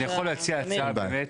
אני יכול להציע הצעה באמת?